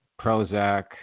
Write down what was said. Prozac